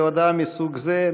בהודעה מסוג זה,